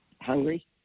hungry